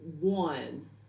one